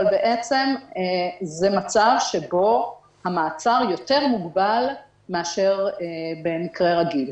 זה מצב שבו המעצר יותר מוגבל מאשר במקרה רגיל.